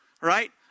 Right